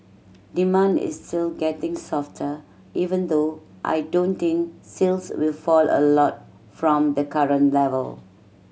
demand is still getting softer even though I don't think sales will fall a lot from the current level